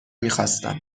میخواستم